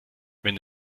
wenn